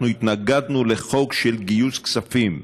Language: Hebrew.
אנחנו התנגדנו לחוק של גיוס כספים.